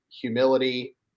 humility